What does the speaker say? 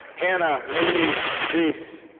hannah marie ries.